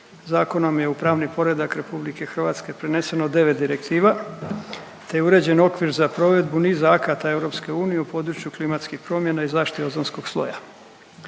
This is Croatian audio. Zakonom je u pravni poredak RH preneseno 9 direktiva te je uređen okvira za provedbu niza akata EU u području klimatskih promjena i zaštiti ozonskog sloja.